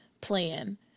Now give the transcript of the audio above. plan